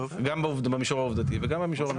גם במישור העובדתי וגם במישור המשפטי.